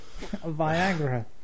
Viagra